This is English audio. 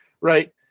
right